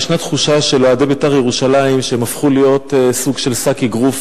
ישנה תחושה של אוהדי "בית"ר ירושלים" שהם הפכו להיות סוג של שק אגרוף